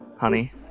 honey